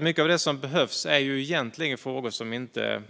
Mycket av det som behövs är egentligen sådant som inte